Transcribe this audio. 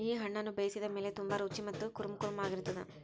ಈ ಹಣ್ಣುನ ಬೇಯಿಸಿದ ಮೇಲ ತುಂಬಾ ರುಚಿ ಮತ್ತ ಕುರುಂಕುರುಂ ಆಗಿರತ್ತದ